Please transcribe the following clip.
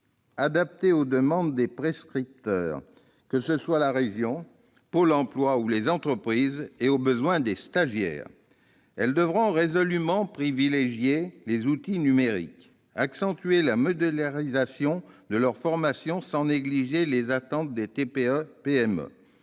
adaptée aux demandes des prescripteurs, qu'il s'agisse de la région, de Pôle emploi ou des entreprises, et aux besoins des stagiaires. Elles devront résolument privilégier les outils numériques, accentuer la modularisation de leurs formations sans négliger les attentes des TPE-PME,